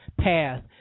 path